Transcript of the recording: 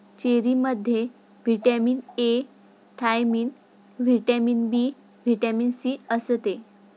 चेरीमध्ये vitamin A, thiamine, vitamin B, vitamin C असते